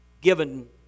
given